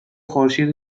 خورشید